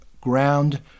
ground